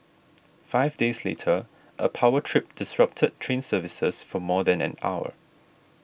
five days later a power trip disrupted train services for more than an hour